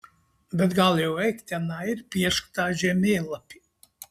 bet gal jau eik tenai ir piešk tą žemėlapį